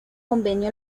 convenio